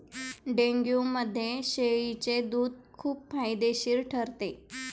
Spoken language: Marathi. डेंग्यूमध्ये शेळीचे दूध खूप फायदेशीर ठरते